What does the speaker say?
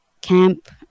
camp